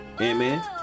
amen